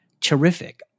terrific